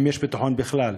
אם יש ביטחון בכלל.